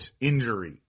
injury